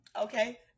okay